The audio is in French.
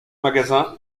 magasin